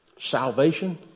Salvation